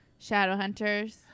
Shadowhunters